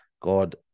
God